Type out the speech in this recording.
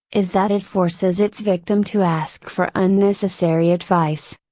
is that it forces its victim to ask for unnecessary advice.